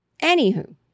Anywho